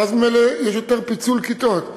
ואז ממילא יש יותר פיצול כיתות.